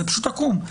זה פשוט עקום.